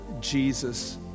Jesus